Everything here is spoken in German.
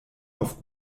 auf